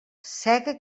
sega